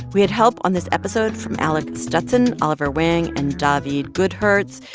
we had help on this episode from alec stutson, oliver wang and daveed goodhertz.